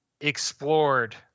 explored